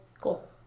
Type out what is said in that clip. Cool